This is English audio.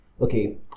okay